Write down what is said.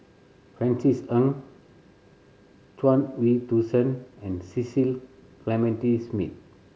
Francis Ng Chuang Hui Tsuan and Cecil Clementi Smith